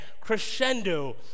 crescendo